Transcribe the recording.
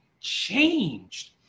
changed